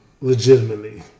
Legitimately